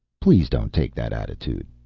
please don't take that attitude,